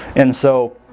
and so